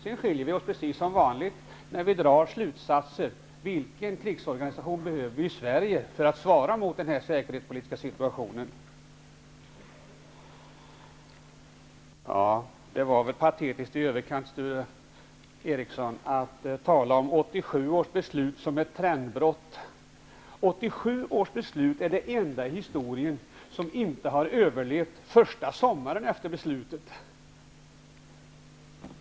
Sedan skiljer vi oss, precis som vanligt, när vi drar slutsatser om vilken krigsorganisation vi behöver i Sverige för att svara mot denna säkerhetspolitiska situation. Det var väl patetiskt i överkant, Sture Ericson, att tala om 87 års försvarsbeslut som ett trendbrott. 1987 års beslut är det enda i historien som inte har överlevt första sommaren efter beslutet.